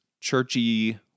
churchy